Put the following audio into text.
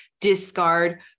discard